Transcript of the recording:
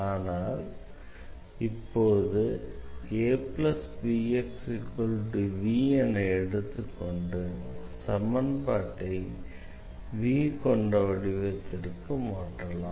ஆனால் இப்போது என எடுத்துக் கொண்டு சமன்பாட்டை கொண்ட வடிவத்திற்கு மாற்றலாம்